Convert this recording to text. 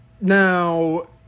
Now